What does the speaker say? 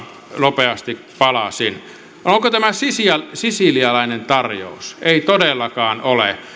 nopeasti palasin onko tämä sisilialainen sisilialainen tarjous ei todellakaan ole